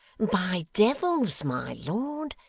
by devils! my lord!